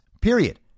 period